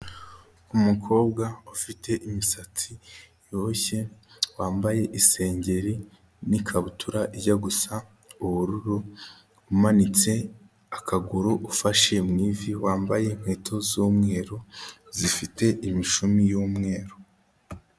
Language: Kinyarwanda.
Umukobwa ufite imisatsi yoroshye, wambaye isengeri n'ikabutura ijya gusa ubururu, umanitse akaguru ufashe mu ivi, wambaye inkweto z'umweru zifite imishumi y'umweru.